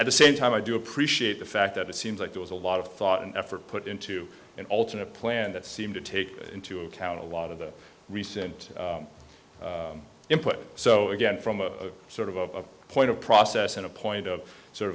at the same time i do appreciate the fact that it seems like there was a lot of thought and effort put into an alternate plan that seemed to take into account a lot of the recent input so again from a sort of a point of process and a point of sort